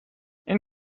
این